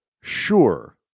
sure